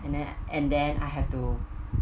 and then and then I have to